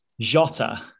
Jota